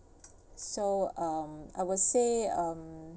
so um I would say um